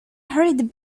hurried